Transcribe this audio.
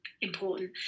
important